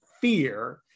fear